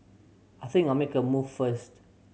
I think I'll make a move first